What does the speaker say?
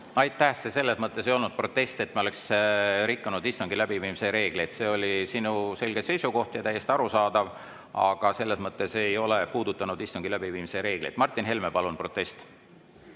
Aitäh! See selles mõttes ei olnud protest, et ma ei rikkunud istungi läbiviimise reegleid. See oli sinu selge seisukoht, ja täiesti arusaadav, aga see ei puudutanud istungi läbiviimise reegleid. Martin Helme, palun protest!